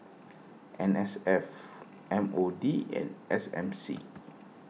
N S F M O D and S M C